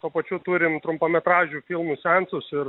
tuo pačiu turim trumpametražių filmų seansus ir